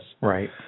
Right